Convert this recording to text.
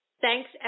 Thanks